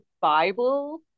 Bible